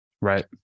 Right